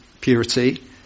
purity